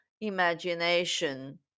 imagination